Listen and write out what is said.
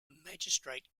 magistrate